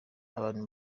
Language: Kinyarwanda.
abantu